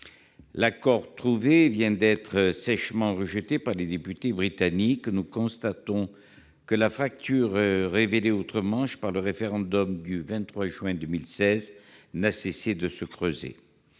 L'accord trouvé vient d'être sèchement rejeté par les députés britanniques. Nous constatons que la fracture révélée outre-Manche par le référendum du 23 juin 2016 n'a cessé de se creuser.